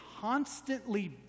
constantly